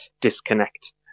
disconnect